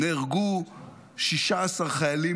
נהרגו 16 חיילים